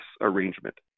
arrangement